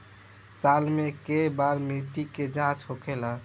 साल मे केए बार मिट्टी के जाँच होखेला?